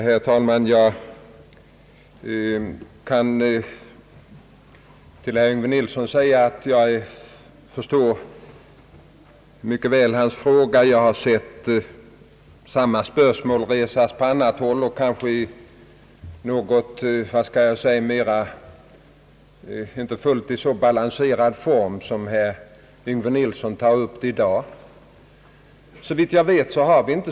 Herr talman! Jag förstår mycket väl herr Yngve Nilssons fråga — jag har sett samma spörsmål resas på annat håll, och kanske inte i fullt så balanserad form som herr Nilsson gett det i dag.